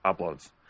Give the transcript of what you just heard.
uploads